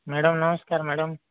madam ନମସ୍କାର madam